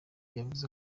yavuze